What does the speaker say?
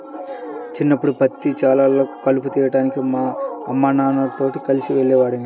చిన్నప్పడు పత్తి చేలల్లో కలుపు తీయడానికి మా అమ్మానాన్నలతో కలిసి వెళ్ళేవాడిని